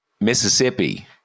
Mississippi